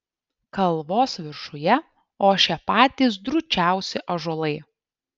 kalvos viršuje ošė patys drūčiausi ąžuolai